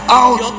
out